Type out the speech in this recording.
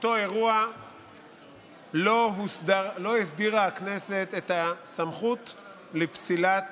אותו אירוע לא הסדירה הכנסת את הסמכות לפסילת